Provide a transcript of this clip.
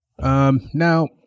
Now